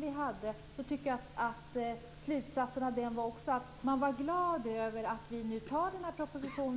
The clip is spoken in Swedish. som hölls gav slutsatsen att man var glad över att riksdagen antar propositionen.